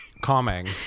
calming